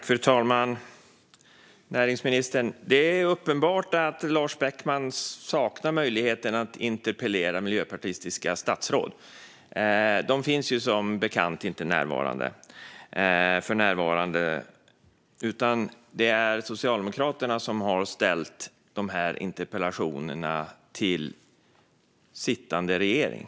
Fru talman och näringsministern! Det är uppenbart att Lars Beckman saknar möjligheten att interpellera miljöpartistiska statsråd. De finns som bekant inte här för närvarande, utan det är Socialdemokraterna som har ställt dessa interpellationer till sittande regering.